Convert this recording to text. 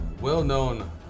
well-known